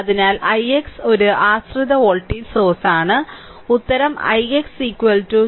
അതിനാൽ ix ഒരു ആശ്രിത വോൾട്ടേജ് സോഴ്സാണ് ഉത്തരം ix 2